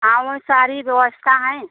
हाँ वह सारी व्यवस्था है